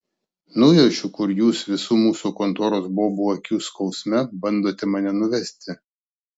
nujaučiu kur jūs visų mūsų kontoros bobų akių skausme bandote mane nuvesti